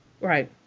Right